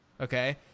Okay